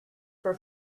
for